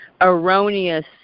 erroneous